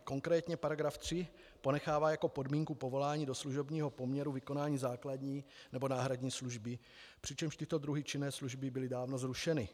Konkrétně § 3 ponechává jako podmínku povolání do služebního poměru vykonání základní nebo náhradní služby, přičemž tyto druhy činné služby byly dávno zrušeny.